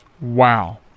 Wow